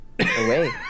Away